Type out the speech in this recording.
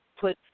put